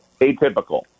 atypical